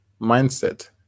Mindset